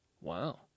Wow